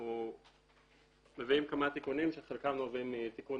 אנחנו מביאים כמה תיקונים שחלקם נובעים מתיקון